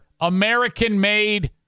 American-made